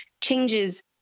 changes